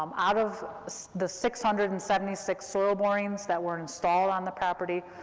um out of the six hundred and seventy six soil borings that were installed on the property,